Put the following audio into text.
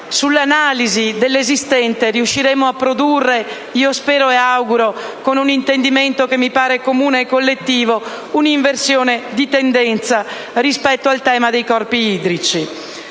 all'analisi dell'esistente riusciremo a produrre (lo spero e me lo auguro), con un intendimento che mi pare comune e collettivo, un'inversione di tendenza rispetto al tema dei corpi idrici.